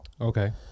Okay